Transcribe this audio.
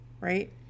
right